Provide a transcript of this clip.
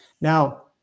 Now